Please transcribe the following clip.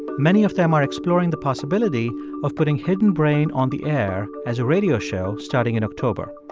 many of them are exploring the possibility of putting hidden brain on the air as a radio show starting in october.